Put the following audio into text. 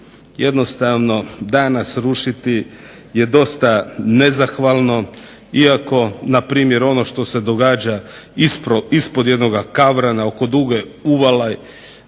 jednostavno danas rušiti je dosta nezahvalno iako npr. ono što se događa ispod jednoga Kavrana, oko Duge uvale,